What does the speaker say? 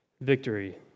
victory